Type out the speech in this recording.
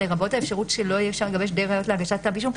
לרבות האפשרות שלא יהיה אפשר לגבש די ראיות להגשת כתב אישום.